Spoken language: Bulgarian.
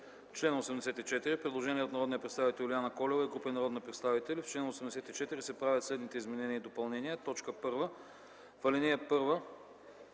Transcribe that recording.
чл. 84 има предложение от народния представител Юлиана Колева и група народни представители: „В чл. 84 се правят следните изменения и допълнения: 1. В ал.